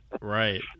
right